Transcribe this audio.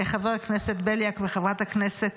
חבר הכנסת בליאק וחברת הכנסת